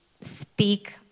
speak